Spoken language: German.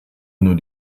nur